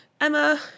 Emma